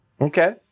Okay